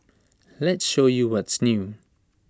let's show you what's new